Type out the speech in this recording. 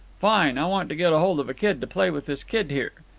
fine. i want to get hold of a kid to play with this kid here.